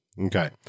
Okay